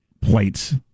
plates